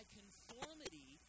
conformity